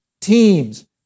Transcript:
teams